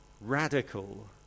radical